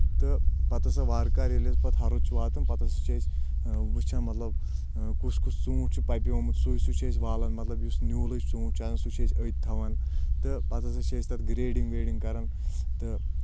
تہٕ پتہٕ ہَسا وارٕ کارٕ ییٚلہِ اسہِ پَتہٕ ہرُد چھُ واتان پَتہٕ ہسا چھِ أسۍ وٕچھان مطلب کُس کُس ژوٗنٛٹھ چھُ پَپیومُت سُے سُے چھِ أسۍ والان مطلب یُس نیوٗلٕے ژوٗنٛٹھ چھُ آسان سُہ چھِ أسۍ أتۍ تھاوان تہٕ پَتہٕ ہسا چھِ أسۍ تَتھ گریڈِنٛگ ویڈِنٛگ کَران تہٕ